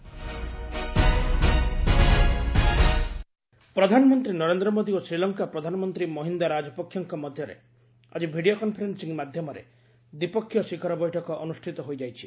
PM Sri Lanka ପ୍ରଧାନମନ୍ତ୍ରୀ ନରେନ୍ଦ୍ର ମୋଦୀ ଓ ଶ୍ରୀଲଙ୍କା ପ୍ରଧାନମନ୍ତ୍ରୀ ମହିନ୍ଦା ରାଜପକ୍ଷେଙ୍କ ମଧ୍ୟରେ ଆଜି ଭିଡ଼ିଓ କନ୍ଫରେନ୍ସିଂ ମାଧ୍ୟମରେ ଦ୍ୱିପକ୍ଷୀୟ ଶିଖର ବୈଠକ ଅନୁଷ୍ଠିତ ହୋଇଛି